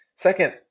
Second